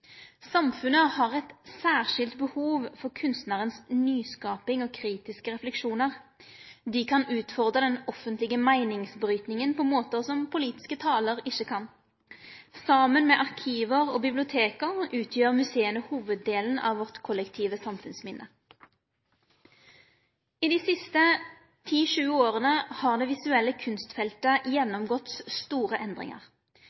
Samfunnet har eit særskilt behov for kunstnarens nyskaping og kritiske refleksjonar. Dei kan utfordre den offentlege meiningsbrytinga på ein måte som politiske talar ikkje kan. Saman med arkiv og bibliotek utgjer musea hovuddelen av vårt kollektive samfunnsminne. I dei siste 10–20 åra har det visuelle kunstfeltet gjennomgått store endringar.